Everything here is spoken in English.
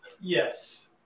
Yes